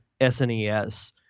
SNES